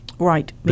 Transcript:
Right